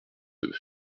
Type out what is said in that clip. deux